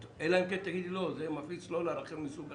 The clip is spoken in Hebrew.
אלא אם כן תאמרו לא, שזה מפיץ מסוג אחר.